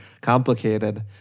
complicated